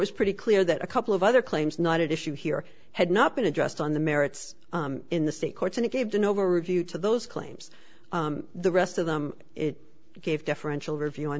is pretty clear that a couple of other claims not at issue here had not been addressed on the merits in the state courts and it gave de novo review to those claims the rest of them it gave deferential review